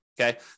okay